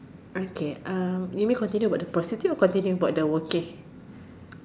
okay uh you may want to continue about the prostitute or about the working